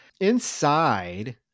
Inside